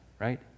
Right